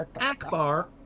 Akbar